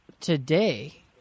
today